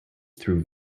through